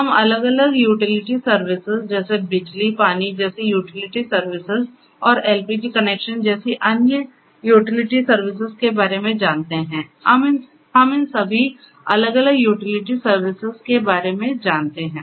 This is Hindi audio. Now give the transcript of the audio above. हम अलग अलग यूटिलिटी सर्विसेज जैसे बिजली पानी जैसी यूटिलिटी सर्विसेज और एलपीजी कनेक्शन जैसी कई अन्य यूटिलिटी सर्विसेज के बारे में जानते हैं हम इन सभी अलग अलग यूटिलिटी सर्विसेज के बारे में जानते हैं